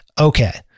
Okay